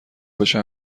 بشه